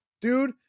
Dude